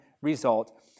result